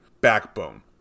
backbone